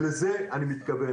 ולזה אני מתכוון.